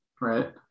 right